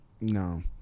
No